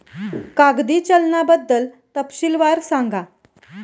कागदी चलनाबद्दल तपशीलवार सांगा